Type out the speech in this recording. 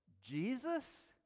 Jesus